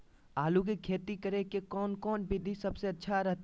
आलू की खेती करें के कौन कौन विधि सबसे अच्छा रहतय?